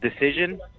decision